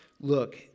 Look